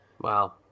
Wow